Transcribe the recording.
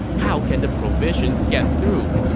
how can the provisions get through?